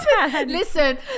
Listen